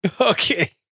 Okay